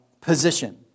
position